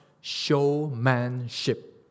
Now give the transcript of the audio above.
showmanship